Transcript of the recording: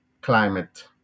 climate